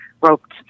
roped